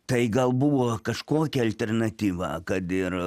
tai gal buvo kažkokia alternatyva kad ir